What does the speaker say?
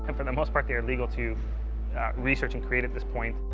and for the most part, they are legal to research and create at this point.